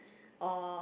or